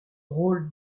rôle